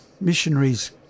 missionaries